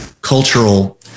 cultural